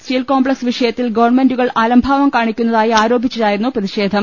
steel complex വിഷയത്തിൽ ഗവൺമെന്റുകൾ അലംഭാവം കാണിക്കുന്നതായി ആരോപിച്ചായിരുന്നു പ്രതിഷേധം